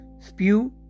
spew